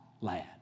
lad